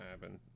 happen